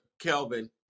Kelvin